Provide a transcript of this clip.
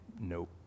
nope